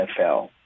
NFL